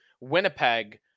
Winnipeg